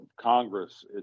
Congress